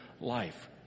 life